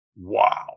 Wow